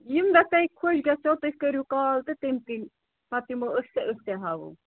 ییٚمہِ دۄہ تۄہہِ خۄش گَژھیو تُہۍ کٔرِو کال تہٕ تَمۍ کِنۍ پَتہٕ یِمو أسۍ تہٕ أسۍ تہِ ہاوَو